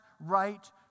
right